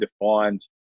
defined